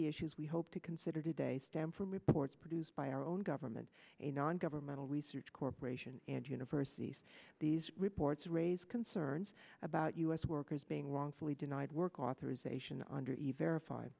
the issues we hope to consider today stem from reports produced by our own government a non governmental research corporation and universities these reports raise concern learns about u s workers being wrongfully denied work authorization